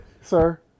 sir